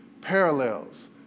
parallels